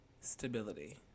stability